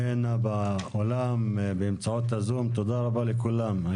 הן באולם ובאמצעות הזום, תודה רבה לכולם.